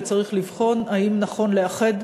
וצריך לבחון אם נכון לאחד,